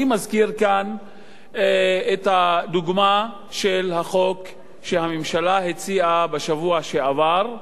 אני מזכיר כאן את הדוגמה של החוק שהממשלה הציעה בשבוע שעבר,